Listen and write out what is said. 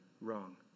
wrong